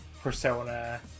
persona